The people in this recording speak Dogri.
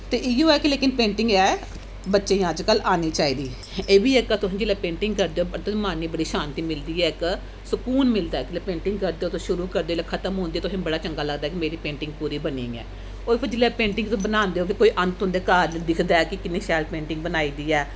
ते इ'यो ऐ कि लेकन पेंटिंग गै ऐ बच्चें गी अजकल्ल औनी चाहिदी एह् बी इक तुस जेल्लै पेंटिंग करदे ओ तुसें मन गी बड़ी शांति मिलदी ऐ इक सकून मिलदा ऐ जिल्लै पेंटिंग करदे हो तुस शुरू करदे जिल्लै खत्म होंदी तुसें गी बड़ा चंगा लगदा कि मेरी पेंटिंग पूरी बनी गेई ऐ होर फिर जिल्लै पेंटिंग तुस बनांदे ओ फिर कोई औंदा तुं'दे घर दिखदा ऐ कि किन्नी शैल पेंटिंग बनाई दी ऐ